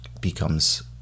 becomes